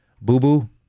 Boo-boo